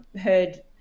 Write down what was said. heard